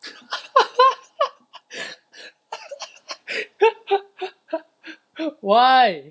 why